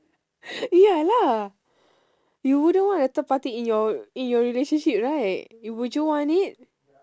ya lah you wouldn't want a third party in your in your relationship right would you want it